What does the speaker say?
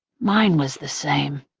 mine was the same.